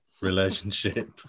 relationship